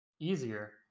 Easier